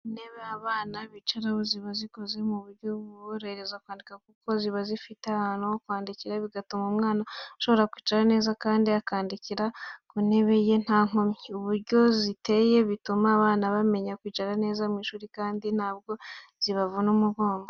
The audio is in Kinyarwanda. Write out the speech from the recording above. Intebe abana bicaraho ziba zikoze mu buryo buborohereza kwandika kuko ziba zifite ahantu ho kwandikira, bigatuma umwana ashobora kwicara neza kandi akandikira ku ntebe ye nta nkomyi. Uburyo ziteye bituma abana bamenya kwicara neza mu ishuri, kandi ntabwo zibavuna umugongo.